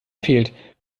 fehlt